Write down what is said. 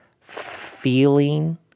feeling